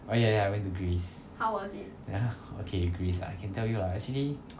oh ya ya I went to greece ya okay greece ah can tell you lah actually